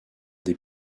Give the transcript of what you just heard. des